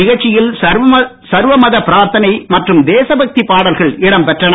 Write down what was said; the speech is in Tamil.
நிகழ்ச்சியில் சர்வமத பிராத்தனை மற்றும் தேசபக்தி பாடல்கள் இடம் பெற்றன